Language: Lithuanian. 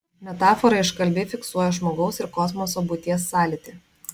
metafora iškalbiai fiksuoja žmogaus ir kosmoso būties sąlytį